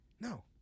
No